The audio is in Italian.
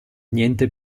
niente